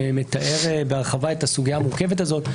שמתאר בהרחבה את הסוגיה המורכבת הזאת.